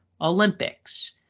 Olympics